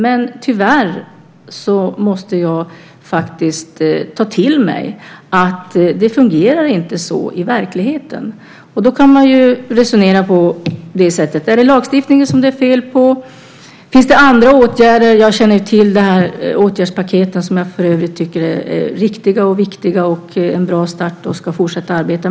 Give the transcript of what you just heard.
Men tyvärr måste jag ta till mig att det inte fungerar så i verkligheten. Då kan man resonera på följande sätt: Är det lagstiftningen som det är fel på? Finns det andra åtgärder? Jag känner ju till åtgärdspaketen, som jag för övrigt tycker är riktiga och viktiga och en bra start som man ska fortsätta med.